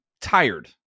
tired